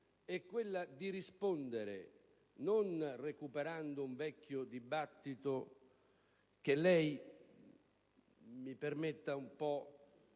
quello di rispondere non recuperando un vecchio dibattito che lei - mi permetta, signor